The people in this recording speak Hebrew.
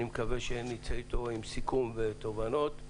אני מקווה שנצא עם סיכום ועם תובנות.